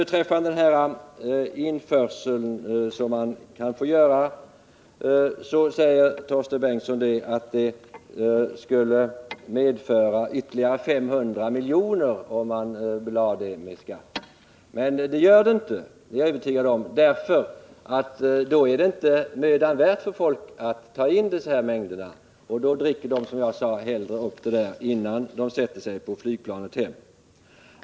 Beträffande den införsel som får ske sade Torsten Bengtson att statsverket skulle tillföras ytterligare 500 milj.kr. om införseln belades med skatt. Men så blir det inte, det är jag övertygad om, för då blir det mindre värt för människor att ta in dessa mängder. Då dricker de hellre upp spriten, innan de sätter sig på flygplanet hem.